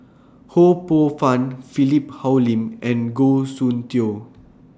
Ho Poh Fun Philip Hoalim and Goh Soon Tioe